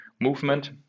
movement